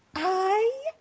i.